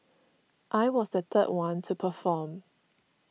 I was the third one to perform